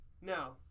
Now